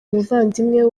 umuvandimwe